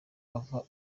ava